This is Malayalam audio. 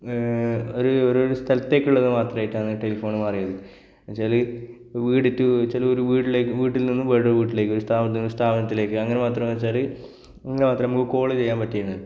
ഒരു ഒരോരു സ്ഥലത്തേക്കുള്ളത് മാത്രമായിട്ടാണ് ടെലിഫോൺ മാറിയത് എന്നു വെച്ചാൽ വീട് റ്റൂ ചിലവർ വീട്ടിലേക്ക് വീട്ടില് നിന്നും വേറൊരു വീട്ടിലേക്ക് സ്ഥാപനത്തില് നിന്നും സ്ഥാപനത്തിലേക്ക് അങ്ങനെ മാത്രമെന്നു വെച്ചാൽ നമുക്കു മാത്രം ഇപ്പോൾ കോൾ ചെയ്യാന് പറ്റിയിരുന്നത്